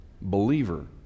Believer